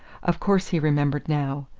of course, he remembered now.